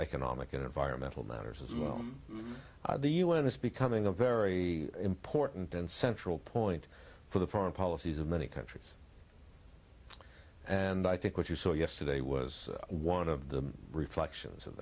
economic and environmental matters as the u n is becoming a very important and central point for the foreign policies of many countries and i think what you saw yesterday was one of the reflection of